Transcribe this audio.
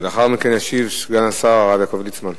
לאחר מכן ישיב סגן השר הרב יעקב ליצמן.